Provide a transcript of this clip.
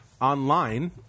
online